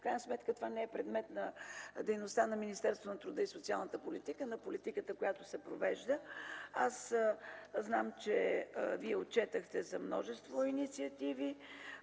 В крайна сметка това не е предмет на дейността на Министерството на труда и социалната политика, на политиката, която то провежда. Знам, че Вие отчетохте множество инициативи.